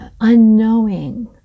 unknowing